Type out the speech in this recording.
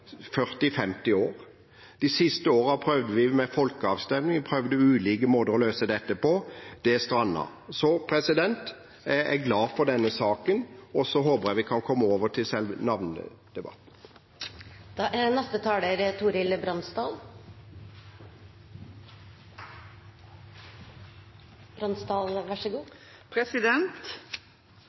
år. De siste årene prøvde vi med folkeavstemning og ulike måter å løse dette på – det strandet. Så jeg er glad for denne saken, og så håper jeg vi kan komme oss over til selve